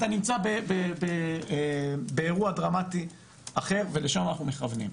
אתה נמצא באירוע דרמטי אחר ולשם אנחנו מכוונים.